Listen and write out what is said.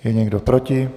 Je někdo proti?